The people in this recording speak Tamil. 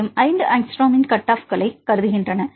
மேலும் 5 ஆங்ஸ்ட்ரோமின் கட் ஆப்களைக் கருதுகின்றன